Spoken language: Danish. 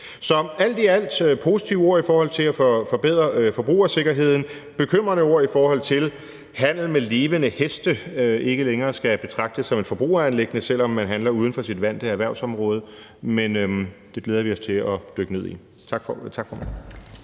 i alt er det positive ord i forhold til at forbedre forbrugersikkerheden, bekymrede ord, i forhold til at handel med levende heste ikke længere skal betragtes som et forbrugeranliggende, selv om man handler uden for sit vante erhvervsområde, men det glæder vi os til at dykke ned i. Tak, formand.